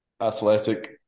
athletic